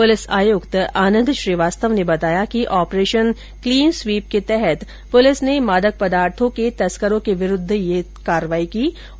police आयुक्त आंनद श्रीवास्तव ने बताया कि आपरेशन क्लीन स्वीप के तहत पुलिस ने मादक पदार्थों के तस्करों के विरूद्व यह कार्रवाई की है